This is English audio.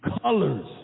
colors